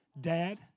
dad